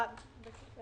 במסגרת